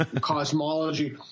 cosmology